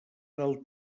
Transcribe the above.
del